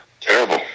Terrible